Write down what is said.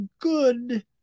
good